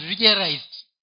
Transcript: realized